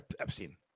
Epstein